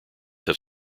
have